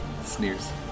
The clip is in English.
sneers